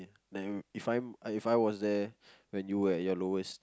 then if I'm if I was there when you were at your lowest